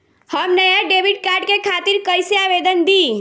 हम नया debit card के खातिर कइसे आवेदन दीं?